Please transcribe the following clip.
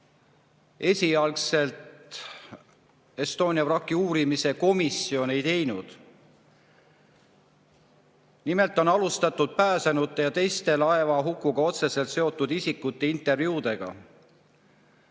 esialgselt Estonia vraki uurimise komisjon ei teinud. Nimelt on alustatud pääsenute ja teiste laevahukuga otseselt seotud isikute intervjuudega